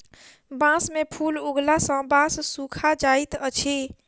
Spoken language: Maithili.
बांस में फूल उगला सॅ बांस सूखा जाइत अछि